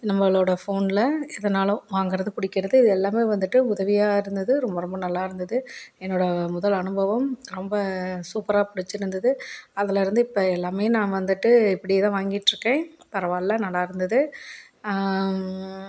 நம்மளோடய ஃபோனில் எதுனாலும் வாங்கிறது பிடிக்கிறது இது எல்லாமே வந்துட்டு உதவியாக இருந்தது ரொம்ப ரொம்ப நல்லாயிருந்தது என்னோடய முதல் அனுபவம் ரொம்ப சூப்பராக பிடிச்சிருந்தது அதுலிருந்து இப்போ எல்லாமே நான் வந்துட்டு இப்படியே தான் வாங்கிகிட்ருக்கேன் பரவாயில்ல நல்லா இருந்தது